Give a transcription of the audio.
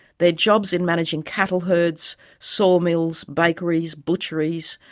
their jobs in managing cattle herds, sawmills, bakeries, butcheries,